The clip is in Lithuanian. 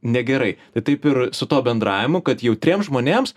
negerai tai taip ir su tuo bendravimu kad jautriems žmonėms